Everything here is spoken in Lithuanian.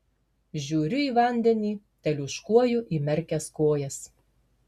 žiūriu į vandenį teliūškuoju įmerkęs kojas